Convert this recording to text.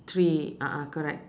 three a'ah correct